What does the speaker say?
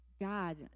God